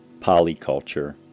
polyculture